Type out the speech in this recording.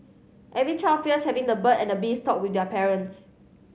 every child fears having the bird at the bees talk with their parents